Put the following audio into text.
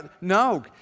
No